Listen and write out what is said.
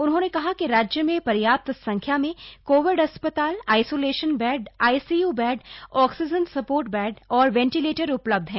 उन्होंने कहा कि राज्य में पर्याप्त संख्या में कोविड अस्पताल isolation bed ICU bed oxygen support bed और वेंटिलेटर उपलब्ध हैं